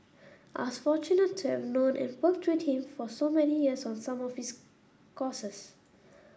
I was fortunate to have known and worked with him for so many years on some of his causes